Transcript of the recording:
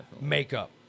makeup